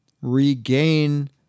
regain